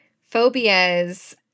phobias